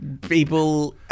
people